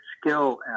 skill